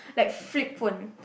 like flip phone